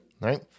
right